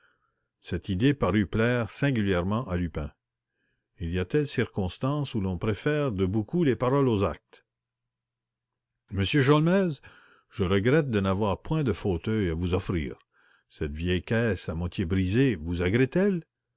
cette idée sembla plaire singulièrement à lupin il y a telles circonstances où l'on préfère de beaucoup les paroles aux actes m sholmès je regrette de n'avoir point de fauteuil à vous offrir cette vieille caisse à moitié brisée